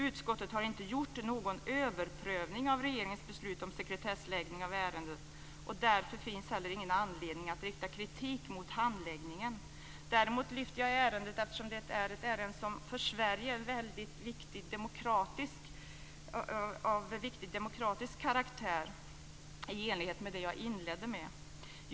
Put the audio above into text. Utskottet har inte gjort någon överprövning av regeringens beslut om sekretessläggning av ärendet, och därför finns heller ingen anledning att rikta kritik mot handläggningen. Däremot lyfter jag ärendet, eftersom det är ett ärende som för Sverige är av viktig demokratisk karaktär, i enlighet med vad jag inledde med att säga.